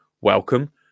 welcome